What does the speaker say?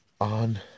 on